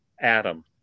Adam